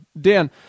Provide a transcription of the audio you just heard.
Dan